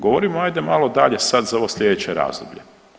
Govorimo ajde malo dalje sad za ovo sljedeće razdoblje.